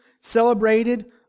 celebrated